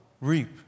reap